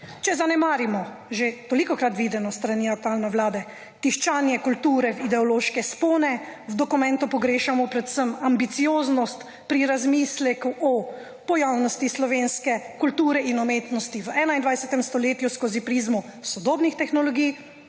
Če zanemarimo že tolikokrat videno s strani aktualne Vlade tiščanje kulture v ideološke vzpone, v dokumentu pogrešamo predvsem ambicioznost pri razmisleku o pojavnosti slovenske kulture in umetnosti v 21. stoletju skozi prizmo sodobnih tehnologij